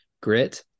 grit